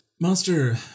monster